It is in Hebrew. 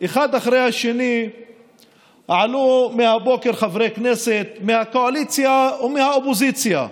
אחד אחרי השני עלו מהבוקר חברי כנסת מהקואליציה ומהאופוזיציה,